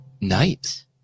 Night